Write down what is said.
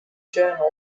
journal